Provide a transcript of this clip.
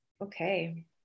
okay